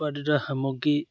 উৎপাদিত সামগ্ৰী